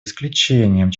исключением